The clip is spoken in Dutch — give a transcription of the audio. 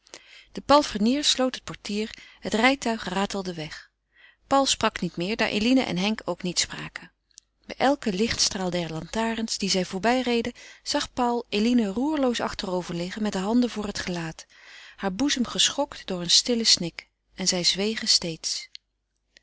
de palfrenier sloot het portier het rijtuig ratelde weg paul sprak niet meer daar eline en henk ook niet spraken bij elken lichtstraal der lantarens die zij voorbijreden zag paul eline roerloos achterover liggen met de handen voor het gelaat haar boezem geschokt door een stillen snik en zij zwegen steeds